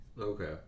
Okay